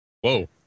Whoa